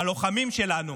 הלוחמים שלנו,